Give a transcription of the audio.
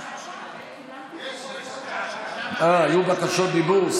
יש, יש, היו בקשות דיבור?